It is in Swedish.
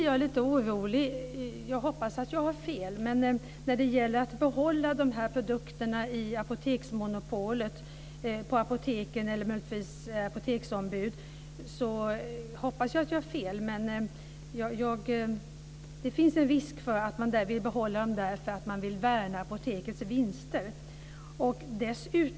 Jag blir lite orolig - jag hoppas att jag har fel - när det gäller att behålla produkterna i apoteksmonopolet, på apoteken och möjligtvis bland apoteksombud. Jag hoppas att jag har fel. Det finns en risk för att man vill behålla produkterna där för att värna apotekens vinster.